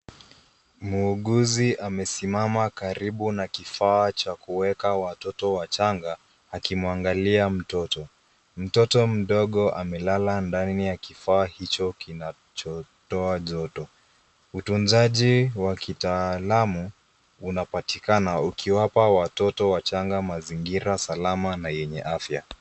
Muuguzi amesimama karibu na kifaa cha kuweka watoto wachanga, akimwangalia mtoto. Mtoto mdogo amelala ndani ya kifaa hicho kinachotoa joto. Utunzaji wa kitaalumu, unapatikana ukiwapa watoto wachanga mazingira salama na yenye afya.